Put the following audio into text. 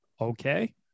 Okay